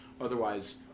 otherwise